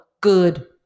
good